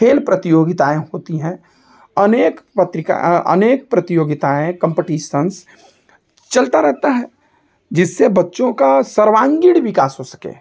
खेल प्रतियोगिताएँ होती हैं अनेक प्रतिका अनेक प्रतियोगिताएँ कंपटीसंस चलता रहता है जिससे बच्चों का सर्वागीण विकास हो सके